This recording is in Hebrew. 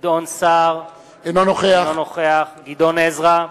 גדעון סער, אינו נוכח גדעון עזרא,